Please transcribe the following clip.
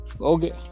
Okay